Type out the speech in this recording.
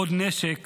עוד נשק